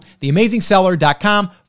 theamazingseller.com